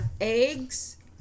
eggs